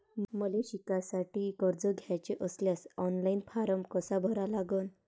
मले शिकासाठी कर्ज घ्याचे असल्यास ऑनलाईन फारम कसा भरा लागन?